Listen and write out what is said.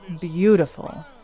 beautiful